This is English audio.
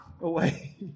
away